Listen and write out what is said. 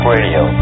Radio